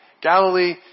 Galilee